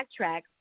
backtrack